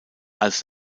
als